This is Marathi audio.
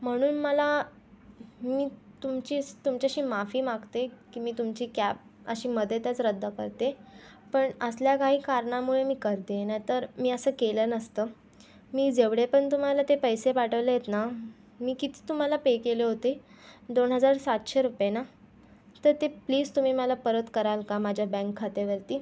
म्हणून मला मी तुमचीच तुमच्याशी माफी मागते की मी तुमची कॅब अशी मधेतच रद्द करते पण असल्या काही कारणामुळे मी करते नाही तर मी असं केलं नसतं मी जेवढे पण तुम्हाला ते पैसे पाठवलेत ना मी किती तुम्हाला पे केले होते दोन हजार सातशे रुपये ना तर ते प्लीज तुम्ही मला परत कराल का माझ्या बँक खात्यावरती